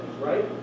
right